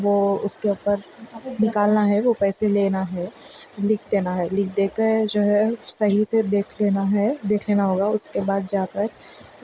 وہ اس کے اوپر نکالنا ہے وہ پیسے لینا ہے لکھ دینا ہے لکھ دے کر جو ہے صحیح سے دیکھ لینا ہے دیکھ لینا ہوگا اس کے بعد جا کر